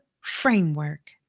framework